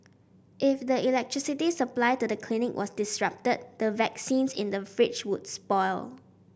if the electricity supply to the clinic was disrupted the vaccines in the fridge would spoil